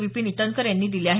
विपिन ईटनकर यांनी दिले आहेत